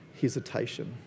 hesitation